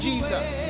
Jesus